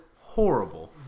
horrible